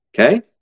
Okay